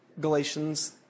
Galatians